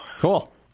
Cool